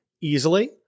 easily